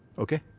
okay?